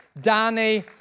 Danny